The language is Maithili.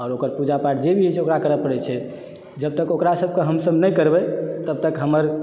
आओर ओकर पूजा पाठ जे भी छै ओकरा करय पड़ै छै जब तक ओकरा सबके हमसब नहि करबै तब तक हमर